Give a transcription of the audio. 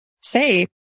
say